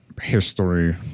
history